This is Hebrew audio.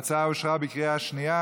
ההצעה אושרה בקריאה שנייה.